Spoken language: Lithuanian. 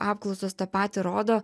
apklausos tą patį rodo